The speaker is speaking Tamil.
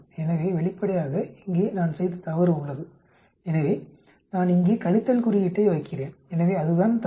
எனவே வெளிப்படையாக இங்கே நான் செய்த தவறு உள்ளது எனவே நான் இங்கே கழித்தல் குறியீட்டை வைக்கிறேன் எனவே அதுதான் தவறு